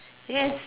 yes